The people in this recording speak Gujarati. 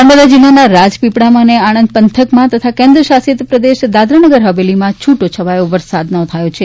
નર્મદા જિલ્લાના રાજપીપળામાં અને આણંદ પંથકમાં તથા કેન્દ્ર શાસિત પ્રદેશ દાદરાનગર હવેલીમાં છૂટો છવાયો વરસાદ નોંધાયો છે